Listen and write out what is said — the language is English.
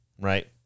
right